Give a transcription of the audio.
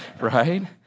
right